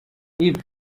eve